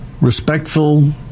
respectful